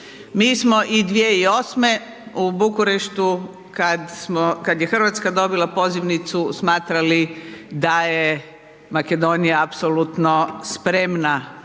Mi smo i 2008. u Bukureštu kad smo, kad je Hrvatska dobila pozivnicu smatrali da je Makedonija apsolutno spremna